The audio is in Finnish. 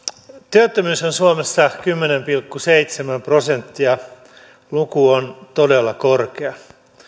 työttömyys on suomessa kymmenen pilkku seitsemän prosenttia luku on todella korkea